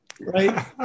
right